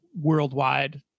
worldwide